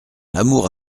l’amour